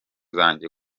zanjye